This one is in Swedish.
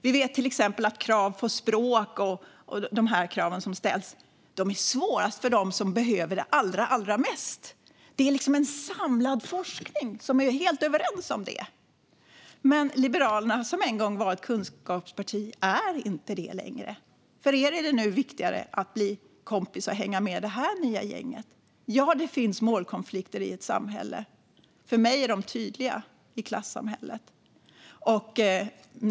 Vi vet till exempel att krav på språk och andra krav som ställs är svårast för dem som behöver den allra mest. Det är en samlad forskning som är helt överens om det. Liberalerna som en gång var ett kunskapsparti är inte det längre. För er är det nu viktigare att bli kompis och hänga med det nya gänget. Ja, det finns målkonflikter i ett samhälle. För mig är de tydliga i klassamhället.